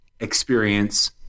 experience